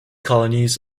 colonies